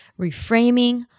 reframing